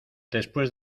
después